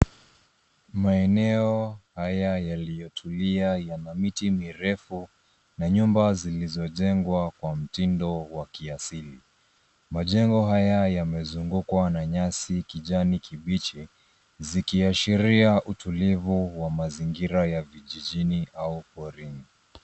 Maeneo haya yaliyotulia yana miti mirefu na nyumba zilizojengwa kwa mtindo wa kiasili. Majengo haya yamezungukwa na nyasi kijani kibichi, zikiashiria utulivu wa mazingira ya vijijini au porini.